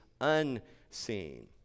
unseen